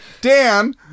Dan